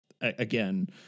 again